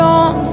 on